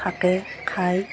থাকে খায়